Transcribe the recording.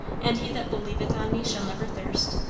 and he that believeth on me shall never thirst'?